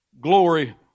glory